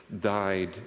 died